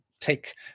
take